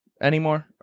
anymore